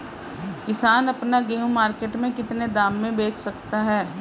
किसान अपना गेहूँ मार्केट में कितने दाम में बेच सकता है?